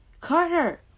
Carter